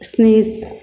sneeze